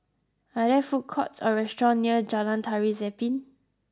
are there food courts or restaurants near Jalan Tari Zapin